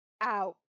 out